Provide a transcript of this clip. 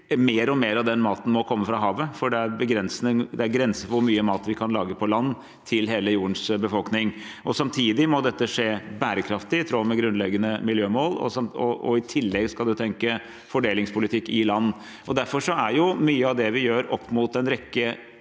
Mer og mer av den maten må komme fra havet, for det er grenser for hvor mye mat vi kan lage på land til hele jordens befolkning. Samtidig må dette skje bærekraftig, i tråd med grunnleggende miljømål. I tillegg skal man tenke fordelingspolitikk i land. Derfor er mye av det vi gjør opp mot en rekke